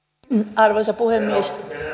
arvoisa puhemies